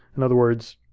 in other words,